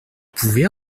pouvez